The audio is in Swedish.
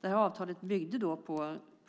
Det här avtalet byggde